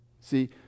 See